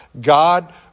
God